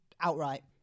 outright